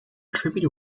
tribute